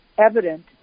evident